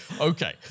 Okay